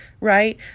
right